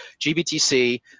GBTC